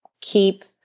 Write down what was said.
keep